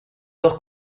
dos